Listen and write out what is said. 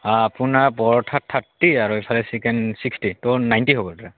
আ আপোনাৰ পৰঠাত থাৰ্টি আৰু এইফালে চিকেন চিক্সটি ত' নাইণ্টি হ'ব দাদা